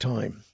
Time